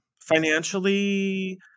Financially